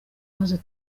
maze